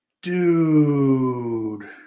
Dude